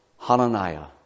Hananiah